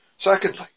Secondly